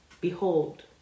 Behold